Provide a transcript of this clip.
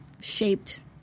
shaped